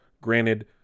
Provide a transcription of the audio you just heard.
granted